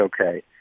okay